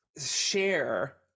share